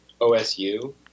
OSU